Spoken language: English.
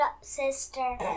sister